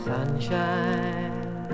Sunshine